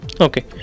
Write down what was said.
Okay